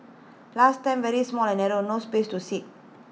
last time very small and narrow no space to sit